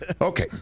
Okay